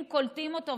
אם קולטים אותו,